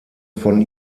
von